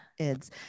ids